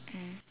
mm